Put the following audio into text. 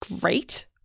great